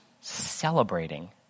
celebrating